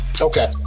Okay